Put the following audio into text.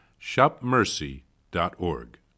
shopmercy.org